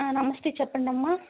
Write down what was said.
నమస్తే చెప్పండమ్మా